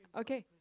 okay.